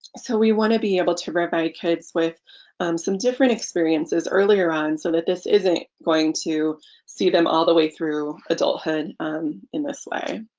so we want to be able to provide provide kids with some different experiences earlier on so that this isn't going to see them all the way through a dulthood in this way.